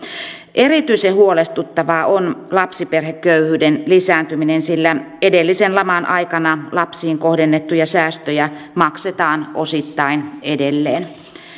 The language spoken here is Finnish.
erityisen huolestuttavaa on lapsiperheköyhyyden lisääntyminen sillä edellisen laman aikana lapsiin kohdennettuja säästöjä maksetaan osittain edelleen